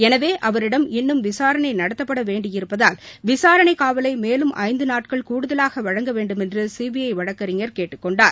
எனவே அவரிடம் இன்னும் விசாரணை நடத்தப்பட வேண்டியிருப்பதால் விசாரணை காவலை மேலும் ஐந்து நாட்கள் கூடுதலாக வழங்க வேண்டுமென்று சிபிஐ வழக்கறிஞர் கேட்டுக் கொண்டார்